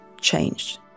changed